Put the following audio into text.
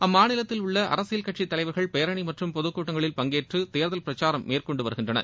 அம்மாநிலத்தில் உள்ள அரசியல் கட்சி தலைவர்கள் பேரணி மற்றும் பொதுகூட்டங்களில் பங்கேற்று தேர்தல் பிரச்சாரம் மேற்கொண்டு வருகின்றனர்